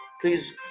Please